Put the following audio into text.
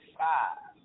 five